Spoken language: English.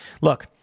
Look